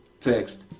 text